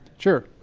sure,